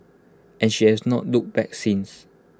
and she has not looked back since